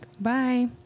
Bye